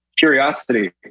curiosity